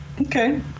Okay